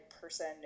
person